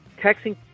texting